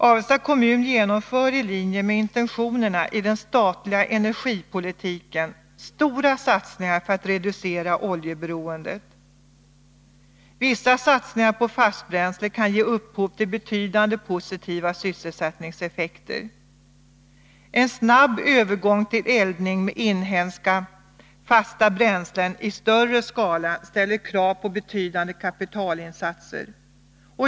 Avesta kommun genomför i linje med intentionerna inom den statliga energipolitiken stora satsningar för att reducera oljeberoendet. Vissa satsningar på fastbränsle kan ge upphov till betydande positiva sysselsättningseffekter. En snabb övergång till eldning med inhemska fasta bränslen i större skala ställer krav på betydande kapitalinsatser.